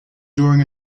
during